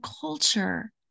culture